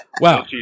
Wow